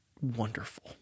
wonderful